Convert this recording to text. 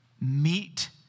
meet